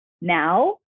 now